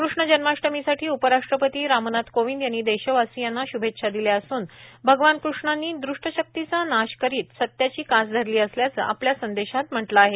कृष्ण जन्माष्टमीसाठी उपराष्ट्रपती रामनाथ कोविंद यांनी देशवासियांना श्भेच्छा दिल्या असून भगवान कृष्णांनी ृष्ट शक्तीचा नाश करीत सत्याची कास धरली असल्याचं आपल्या संदेशात म्हटलं आहे